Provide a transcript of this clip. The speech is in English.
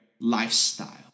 lifestyle